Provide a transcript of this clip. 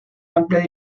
amplias